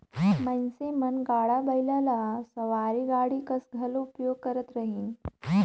मइनसे मन गाड़ा बइला ल सवारी गाड़ी कस घलो उपयोग करत रहिन